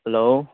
hello